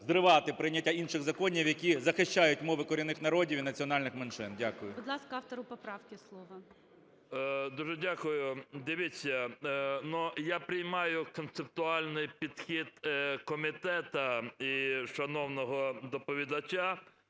зривати прийняття інших законів, які захищають мови корінних народів і національних меншин. Дякую. ГОЛОВУЮЧИЙ. Будь ласка, автору поправки слово. 11:35:12 ЧУБАРОВ Р.А. Дуже дякую. Дивіться, я приймаю концептуальний підхід комітету і шановного доповідача.